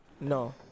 No